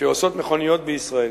שעושות מכוניות בישראל,